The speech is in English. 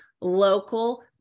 local